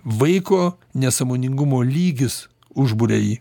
vaiko nesąmoningumo lygis užburia jį